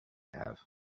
have